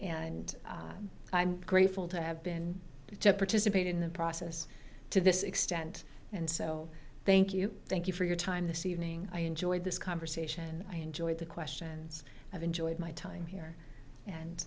and i'm grateful to have been to participate in the process to this extent and so thank you thank you for your time this evening i enjoyed this conversation i enjoyed the questions i've enjoyed my time here and